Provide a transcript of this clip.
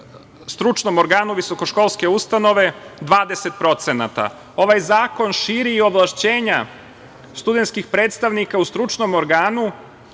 stručnom organu visokoškolske ustanove 20%.Ovaj zakon širi i ovlašćenja studentskih predstavnika u stručnom organu,